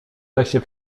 lesie